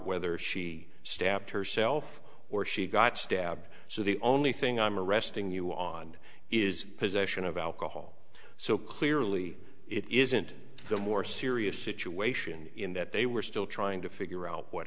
whether she stabbed herself or she got stabbed so the only thing i'm arresting you on is possession of alcohol so clearly it isn't a more serious situation in that they were still trying to figure out what